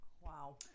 wow